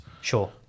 Sure